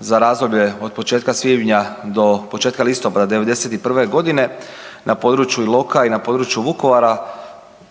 za razdoblje od početka svibnja do početka svibnja do početka listopada 91. godine na području Iloka i na području Vukovara